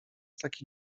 taki